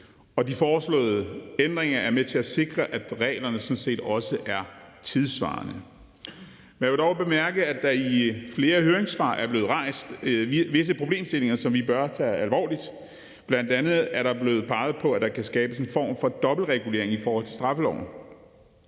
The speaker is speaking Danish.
De foreslåede ændringer er med til at sikre, at reglerne også er tidssvarende. Jeg vil dog bemærke, at der i flere høringssvar er blevet rejst visse problemstillinger, som vi bør tage alvorligt. Bl.a. er der blevet peget på, at der kan skabes en form for dobbeltregulering i forhold til straffeloven.